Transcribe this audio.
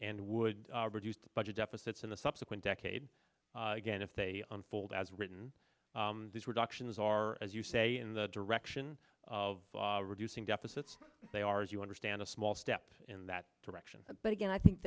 and would reduce the budget deficits in the subsequent decade again if they unfold as written these reductions are as you say in the direction of reducing deficits they are as you understand a small step in that direction but again i think